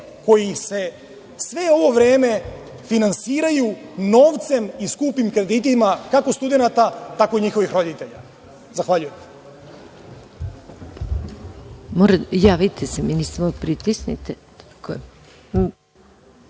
koji se sve ovo vreme finansiraju novcem i skupim kreditima kako studenata tako i njihovih roditelja. Zahvaljujem.